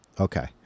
okay